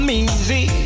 easy